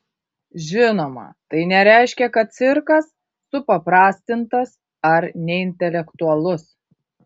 žinoma tai nereiškia kad cirkas supaprastintas ar neintelektualus